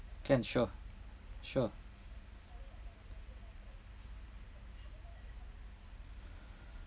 can sure sure